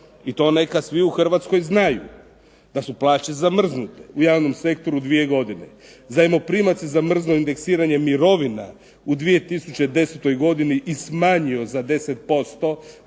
I to neka svi u Hrvatskoj znaju da su plaće zamrznute u javnom sektoru dvije godine. Zajmoprimac je zamrznuo indeksiranje mirovina u 2010. godini i smanjio za 10%